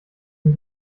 ihm